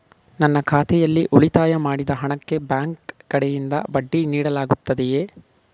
ನನ್ನ ಖಾತೆಯಲ್ಲಿ ಉಳಿತಾಯ ಮಾಡಿದ ಹಣಕ್ಕೆ ಬ್ಯಾಂಕ್ ಕಡೆಯಿಂದ ಬಡ್ಡಿ ನೀಡಲಾಗುತ್ತದೆಯೇ?